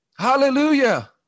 Hallelujah